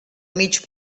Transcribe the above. mig